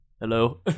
hello